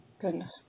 Goodness